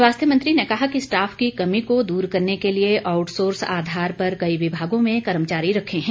स्वास्थ्य मंत्री ने कहा कि स्टाफ की कमी को दूर करने के लिए आउटसोर्स आधार पर कई विभागों में कर्मचारी रखे हैं